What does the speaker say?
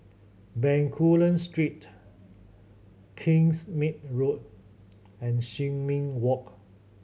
Bencoolen Street Kingsmead Road and Sin Ming Walk